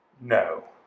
No